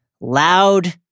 loud